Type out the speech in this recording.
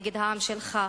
נגד העם שלך.